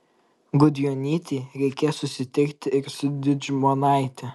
gudjonytei reikės susitikti ir su dičmonaite